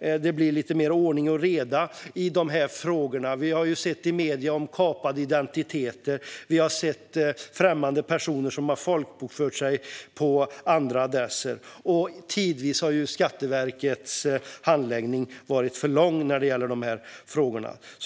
det blir lite mer ordning och reda i de här frågorna. Vi har sett i medierna om kapade identiteter. Främmande personer har folkbokfört sig på andra adresser. Tidvis har Skatteverkets handläggning varit för lång i de här frågorna.